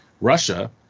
Russia